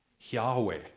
Yahweh